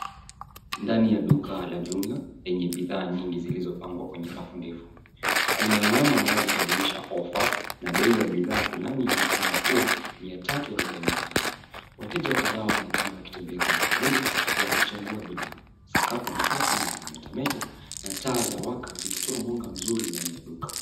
Ndani ya duka la jumla enye bidhaa nyingi zilizopangwa kwenye rafu ndefu. Kuna alama ambazo zinaonyesha offer na bei ya bidhaa fulani yaonekana kuwa mia tatu arubaini na tano. Wateja kadhaa waonekana wakitembea kwenye korido wakichagua bidhaa. Sakafu ni safi na inametameta na taa zawaka zikitoa mwanga mzuri ndani ya duka.